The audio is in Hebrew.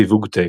סיווג טקסט,